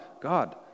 God